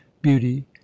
beauty